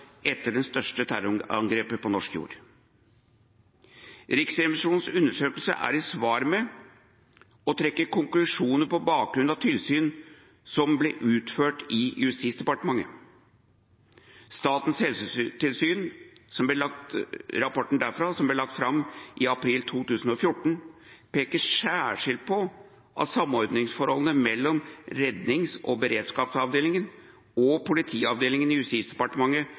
etter det største terrorangrepet på norsk jord. Riksrevisjonens undersøkelse er i samsvar med og trekker konklusjoner på bakgrunn av tilsyn som ble utført i Justisdepartementet. Rapporten fra Statens helsetilsyn, som ble lagt fram i april 2014, peker særskilt på at samarbeidsforholdene mellom Rednings- og beredskapsavdelingen og Politiavdelingen i Justisdepartementet